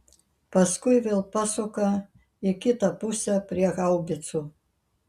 paskui vėl pasuka į kitą pusę prie haubicų